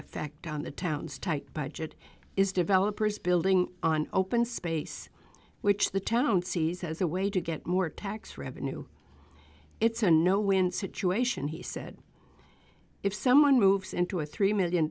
effect on the town's tight budget is developers building on open space which the town sees as a way to get more tax revenue it's a no win situation he said if someone moves into a three million